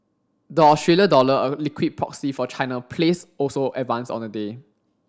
the Australia dollar a liquid proxy for China plays also advanced on the day